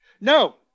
No